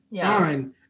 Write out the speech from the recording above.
fine